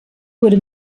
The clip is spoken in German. wurde